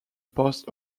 post